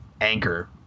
anchor